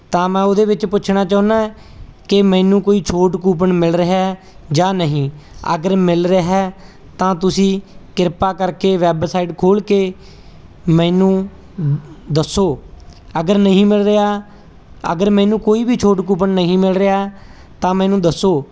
ਤਾਂ ਮੈਂ ਉਹਦੇ ਵਿੱਚ ਪੁੱਛਣਾ ਚਾਹੁੰਦਾ ਕਿ ਮੈਨੂੰ ਕੋਈ ਛੋਟ ਕੂਪਨ ਮਿਲ ਰਿਹਾ ਜਾਂ ਨਹੀਂ ਅਗਰ ਮਿਲ ਰਿਹਾ ਤਾਂ ਤੁਸੀਂ ਕਿਰਪਾ ਕਰਕੇ ਵੈੱਬਸਾਈਟ ਖੋਲ ਕੇ ਮੈਨੂੰ ਦੱਸੋ ਅਗਰ ਨਹੀਂ ਮਿਲ ਰਿਹਾ ਅਗਰ ਮੈਨੂੰ ਕੋਈ ਵੀ ਛੋਟ ਕੂਪਨ ਨਹੀਂ ਮਿਲ ਰਿਹਾ ਤਾਂ ਮੈਨੂੰ ਦੱਸੋ